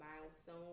milestone